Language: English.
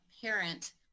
parent